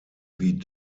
wie